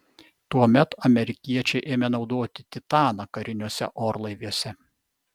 tuomet amerikiečiai ėmė naudoti titaną kariniuose orlaiviuose